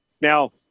Now